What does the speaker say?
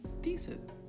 decent